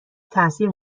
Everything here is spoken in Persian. تاثیر